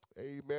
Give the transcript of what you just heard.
amen